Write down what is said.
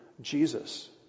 Jesus